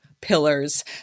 pillars